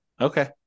Okay